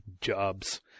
Jobs